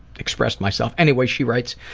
expressed myself. anyway, she writes,